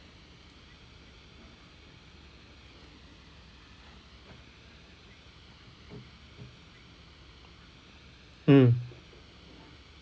mm